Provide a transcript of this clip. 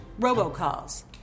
robocalls